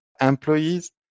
employees